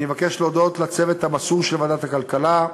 אני מבקש להודות לצוות המסור של ועדת הכלכלה,